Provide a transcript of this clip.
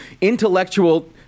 intellectual